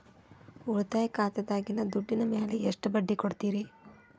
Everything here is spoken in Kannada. ಉಳಿತಾಯ ಖಾತೆದಾಗಿನ ದುಡ್ಡಿನ ಮ್ಯಾಲೆ ಎಷ್ಟ ಬಡ್ಡಿ ಕೊಡ್ತಿರಿ?